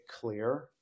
clear